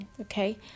okay